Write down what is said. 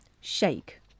Shake